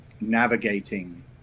navigating